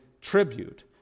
tribute